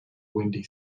windy